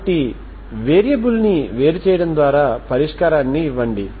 కాబట్టి వేరియబుల్ని వేరు చేయడం ద్వారా పరిష్కారాన్ని ఇవ్వండి